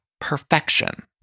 perfection